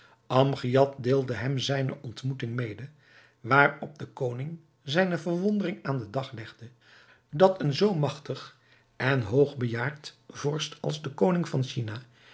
amgiad deelde hem zijne ontmoeting mede waarop de koning zijne verwondering aan den dag legde dat een zoo magtig en hoogbejaard vorst als de koning van china